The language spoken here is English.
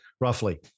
roughly